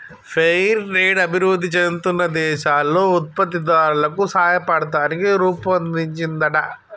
fair trade అభివృధి చెందుతున్న దేశాల్లో ఉత్పత్తి దారులకు సాయపడతానికి రుపొన్దించిందంట